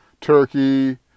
turkey